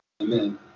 Amen